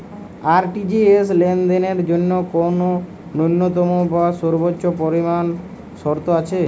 RTGS লেনদেনের জন্য কোন ন্যূনতম বা সর্বোচ্চ পরিমাণ শর্ত আছে?